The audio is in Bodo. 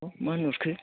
मा होनहरखो